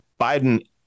Biden